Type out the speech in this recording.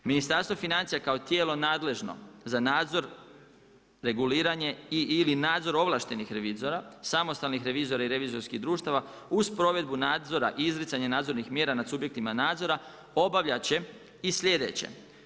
Ministarstvo financija kao tijelo nadležno za nadzor reguliranja i/ili nadzor ovlaštenih revizora, samostalnih revizora i revizorskih društava uz provedbu nadzora i izricanje nadzornih mjera nad subjektima nadzora obavljat će i slijedeće.